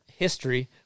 history